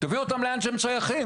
תביאו אותם לאן שהם שייכים.